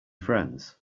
friends